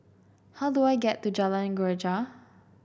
how do I get to Jalan Greja